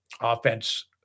offense